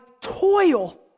toil